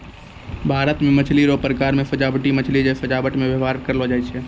भारत मे मछली रो प्रकार मे सजाबटी मछली जे सजाबट मे व्यवहार करलो जाय छै